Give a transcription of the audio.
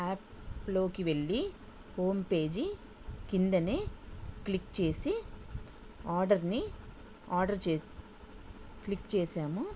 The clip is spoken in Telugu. యాప్లోకి వెళ్ళి హోమ్ పేజీ క్రిందనే క్లిక్ చేసి ఆర్డర్ని ఆర్డర్ చేసి క్లిక్ చేసాము